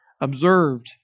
observed